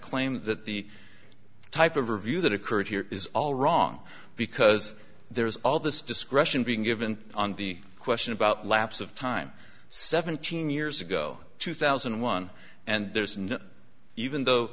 claim that the type of review that occurred here is all wrong because there is all this discretion being given on the question about lapse of time seventeen years ago two thousand and one and there's no even though